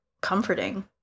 comforting